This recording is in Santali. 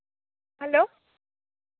ᱦᱮᱞᱳ